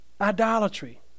idolatry